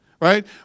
right